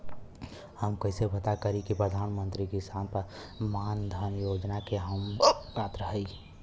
हम कइसे पता करी कि प्रधान मंत्री किसान मानधन योजना के हम पात्र हई?